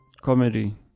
Comedy